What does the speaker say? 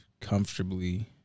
Comfortably